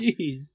Jeez